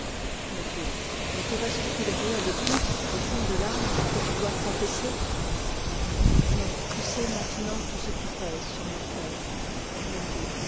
repos ne te reste-t-il rien de plus au fond de l'âme que tu doives confesser non tu sais maintenant tout ce qui pèse sur mon coeur